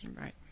Right